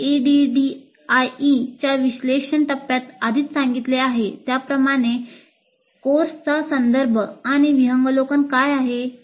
आम्ही ADDIE च्या विश्लेषण टप्प्यात आधीच सांगितले आहे त्याप्रमाणे कोर्सचा संदर्भ आणि विहंगावलोकन काय आहे